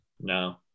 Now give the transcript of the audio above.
No